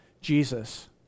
Jesus